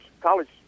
college